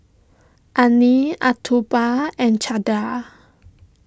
Anil and Chandra